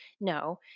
No